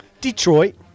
Detroit